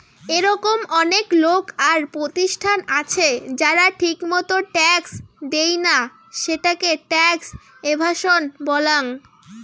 এরকম অনেক লোক আর প্রতিষ্ঠান আছে যারা ঠিকমতো ট্যাক্স দেইনা, সেটাকে ট্যাক্স এভাসন বলাঙ্গ